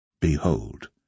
Behold